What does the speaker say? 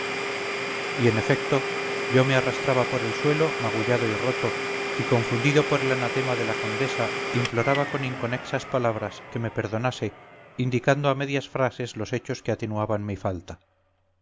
y en efecto yo me arrastraba por el suelo magullado y roto y confundido por el anatema de la condesa imploraba con inconexas palabras que me perdonase indicando a medias frases los hechos que atenuaban mi falta